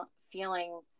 feeling